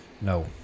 No